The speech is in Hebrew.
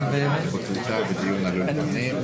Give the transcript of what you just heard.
עכשיו אנחנו ב-36ו(ב).